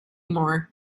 more